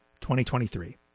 2023